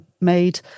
made